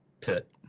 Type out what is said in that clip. pit